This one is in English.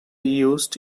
used